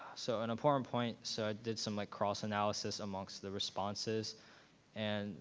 so an important point. so i did some like, cross analysis amongst the responses and